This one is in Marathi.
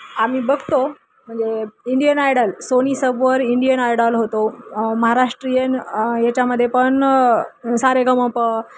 आम्ही बघतो म्हणजे इंडियन आयडल सोनी सबवर इंडियन आयडॉल होतो महाराष्ट्रीयन याच्यामध्ये पण सारेगमप